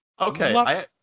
Okay